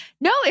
No